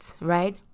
right